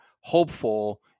hopeful